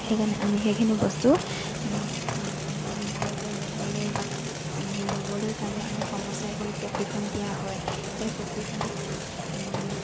সেইকাৰণে আমি সেইখিনি বস্তু ভালকৈ ব'বলৈ বা ব'বলৈ কাৰণে আমাৰ কৰ্মচাৰীসকলক প্ৰশিক্ষণ দিয়া হয় এই প্ৰশিক্ষণত